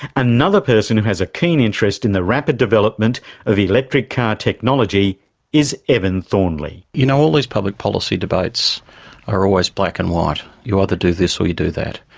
another person who has a keen interest in the rapid development of electric car technology is evan thornley. you know, all these public policy debates are always black and white you either do this or you do that.